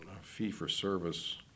fee-for-service